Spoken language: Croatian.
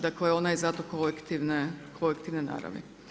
Dakle, ona je zato kolektivne naravi.